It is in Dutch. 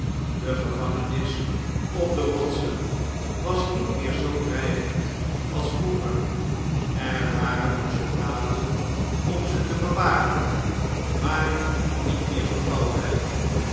de gevangenis op de rotsen was niet meer zoo dreigend als vroeger er waren nog soldaten om zetebewaken maar niet meer zoo talrijk